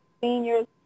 seniors